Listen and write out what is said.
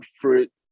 fruit